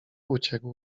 uciekł